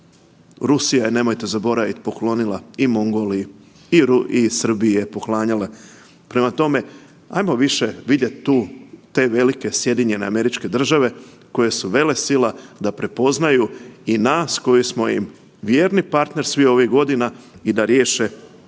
Rusija je nemojte zaboraviti poklonila i Mongoliji i Srbiji je poklanjala, prema tome ajmo više vidjet tu te velike SAD koje su velesila da prepoznaju i nas koji smo im vjerni partner svih ovih godina i da riješe naše